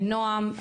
בנועם.